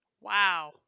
wow